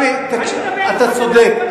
אתה צודק.